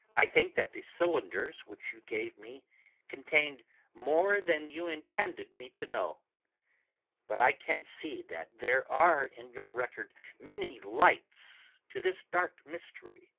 i think that the cylinders which you gave me contained more than you intended me to know but i can see that there are in your record many lights to this dark mystery.